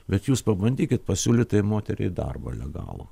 bet jūs pabandykit pasiūlyt tai moteriai darbą legalų